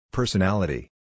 Personality